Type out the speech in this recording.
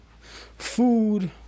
food